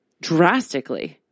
Drastically